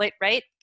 Right